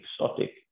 exotic